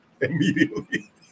immediately